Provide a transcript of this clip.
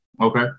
Okay